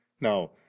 now